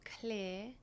clear